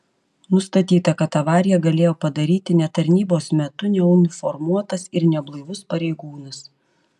nustatyta kad avariją galėjo padaryti ne tarnybos metu neuniformuotas ir neblaivus pareigūnas